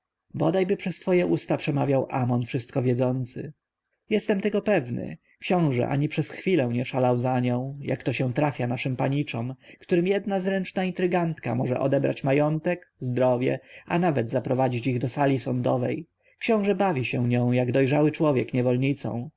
bodajby przez twoje usta przemawiał amon wszystko wiedzący jestem tego pewny książę ani przez chwilę nie szalał za nią jak się to trafia naszym paniczom którym jedna zręczna intrygantka może odebrać majątek zdrowie a nawet zaprowadzić ich do sali sądowej książę bawi się nią jak dojrzały człowiek